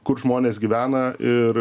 kur žmonės gyvena ir